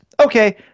Okay